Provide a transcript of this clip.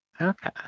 Okay